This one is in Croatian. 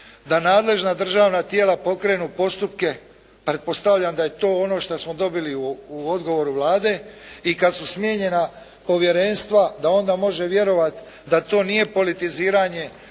da nadležna državna tijela pokrenu postupke, pretpostavljam da je to ono što smo dobili u odgovoru Vlade i kad su smijenjena povjerenstva da onda može vjerovati da to nije politiziranje,